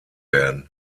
werden